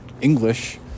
English